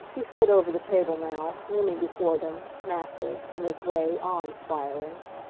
he stood over the table now, looming before them, massive, in his way awe-inspiring.